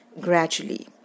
gradually